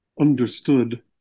understood